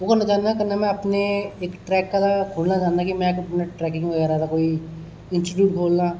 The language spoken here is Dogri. ओह् करना चाहन्ना कन्नै में अपने इक ट्रैक दा खोलना चाहन्ना कि में अपना ट्रैकिंग बगैरा दा कोई इंस्टीटयूट खोलना